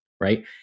Right